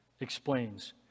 explains